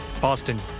Boston